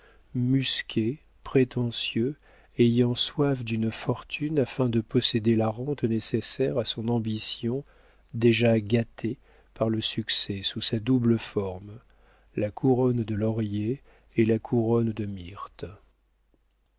musqué prétentieux ayant soif d'une fortune afin de posséder la rente nécessaire à son ambition déjà gâté par le succès sous sa double forme la couronne de laurier et la couronne de myrte